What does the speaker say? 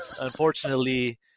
unfortunately